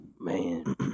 Man